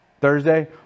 Thursday